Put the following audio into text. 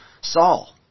Saul